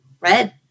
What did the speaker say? Red